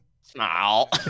Smile